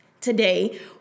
Today